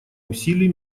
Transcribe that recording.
усилий